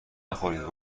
نخورید